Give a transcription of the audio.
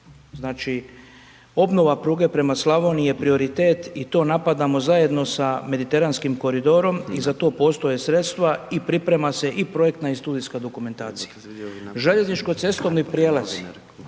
Znači, obnova pruge prema Slavoniji je prioritet i to napadamo zajedno sa Mediteranskim koridorom i za to postoje sredstva i priprema se i projektna i studijska dokumentacija. Željezničko cestovni prijelazi